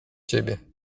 ciebie